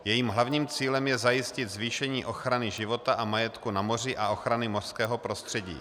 Jejím hlavním cílem je zajistit zvýšení ochrany života a majetku na moři a ochrany mořského prostředí.